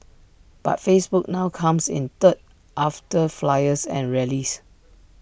but Facebook now comes in third after flyers and rallies